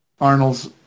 Arnold's